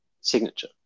signature